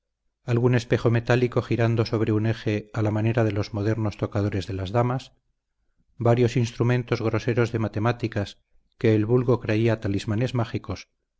algún espejo metálico girando sobre un eje a la manera de los modernos tocadores de las damas varios instrumentos groseros de matemáticas que el vulgo creía talismanes mágicos